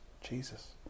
Jesus